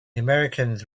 americans